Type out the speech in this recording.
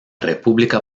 república